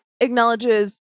acknowledges